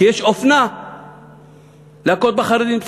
כי יש אופנה להכות בחרדים.